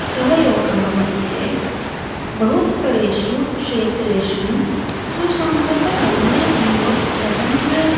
सहयोगः मध्ये बृहत्तरेषु क्षेत्रेषु सुसङ्गतवन्यजीवप्रबन्धः